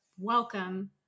welcome